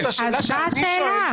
זאת לא שאלת הבהרה.